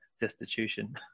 destitution